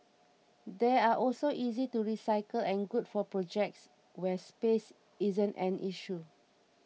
they are also easy to recycle and good for projects where space isn't an issue